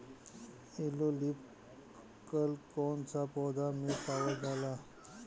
Yellow leaf curl कौन सा पौधा में पावल जाला?